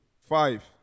Five